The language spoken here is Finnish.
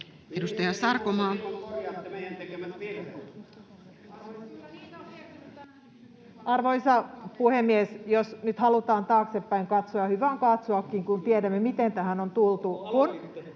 12:41 Content: Arvoisa puhemies! Jos nyt halutaan taaksepäin katsoa — ja hyvä on katsoakin, kun tiedämme, miten tähän on tultu